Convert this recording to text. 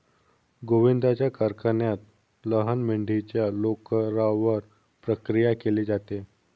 गोविंदाच्या कारखान्यात लहान मेंढीच्या लोकरावर प्रक्रिया केली जाते